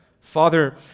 Father